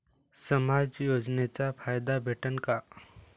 समाज योजनेचा फायदा भेटन का?